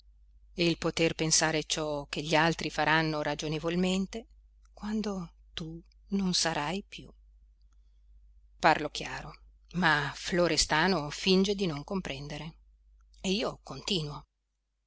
e il poter pensare ciò che gli altri faranno ragionevolmente quando tu non sarai più parlo chiaro ma florestano finge di non comprendere e io continuo